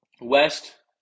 West